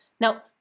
Now